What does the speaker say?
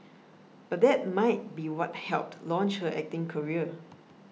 but that might be what helped launch her acting career